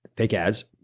fake ads,